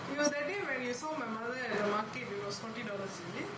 you that day when you saw my mother at the market it was fourty dollars is it